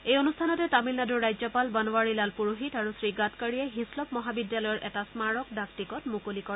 এই অনুষ্ঠানতে তামিলনাডুৰ ৰাজ্যপাল বনৱাৰীলাল পুৰোহিত আৰু শ্ৰীগাডকাৰীয়ে হিছলপ মহাবিদ্যালয়ৰ এটা স্মাৰক ডাক টিকট মুকলি কৰে